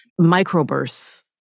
microbursts